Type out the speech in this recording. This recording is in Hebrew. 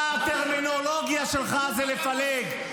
אתה, הטרמינולוגיה שלך זה לפלג.